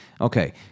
Okay